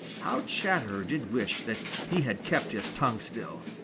how chatterer did wish that he had kept his tongue still!